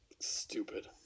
Stupid